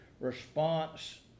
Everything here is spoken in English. response